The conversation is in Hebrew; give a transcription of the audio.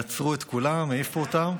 עצרו את כולם, העיפו אותם.